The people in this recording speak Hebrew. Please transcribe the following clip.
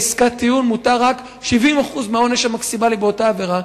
עסקת טיעון מותר רק 70% מהעונש המקסימלי באותה עבירה,